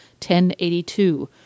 1082